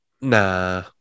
Nah